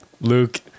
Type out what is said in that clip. Luke